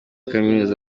kaminuza